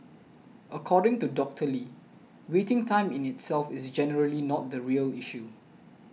according to Doctor Lee waiting time in itself is generally not the real issue